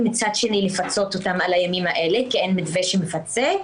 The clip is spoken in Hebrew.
ומצד שני לפצות אותם על הימים האלה כי אין מתווה שמפצה.